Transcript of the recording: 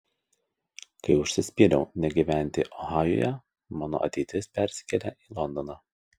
kai užsispyriau negyventi ohajuje mano ateitis persikėlė į londoną